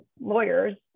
lawyers